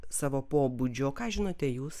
savo pobūdžio ką žinote jūs